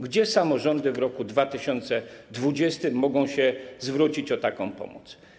Gdzie samorządy w roku 2020 mogą się zwrócić o taką pomoc?